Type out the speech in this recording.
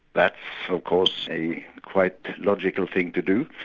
that's of course a quite logical thing to do.